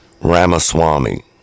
Ramaswamy